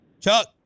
Chuck